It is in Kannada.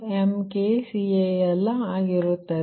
86×10086 MkCal ಆಗಿರುತ್ತದೆ